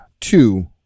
two